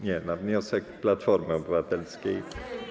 Nie, to na wniosek Platformy Obywatelskiej.